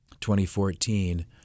2014